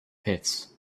pits